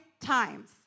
times